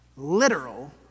literal